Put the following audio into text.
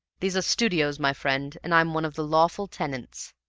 these are studios, my friend, and i'm one of the lawful tenants.